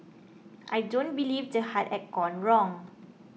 I don't believe the heart had gone wrong